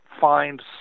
find